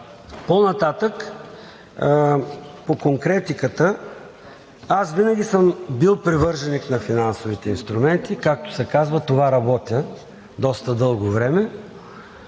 По-нататък по конкретиката. Аз винаги съм бил привърженик на финансовите инструменти, както се казва – това работя доста дълго време,